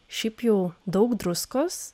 šiaip jau daug druskos